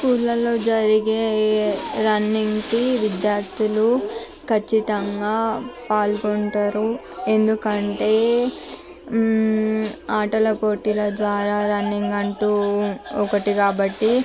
స్కూళ్ళల్లో జరిగే రన్నింగ్కి విద్యార్థులు ఖచ్చితంగా పాల్గొంటారు ఎందుకంటే ఆటల పోటీల ద్వారా రన్నింగ్ అంటూ ఒకటి కాబట్టి